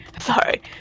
Sorry